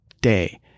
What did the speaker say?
day